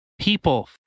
People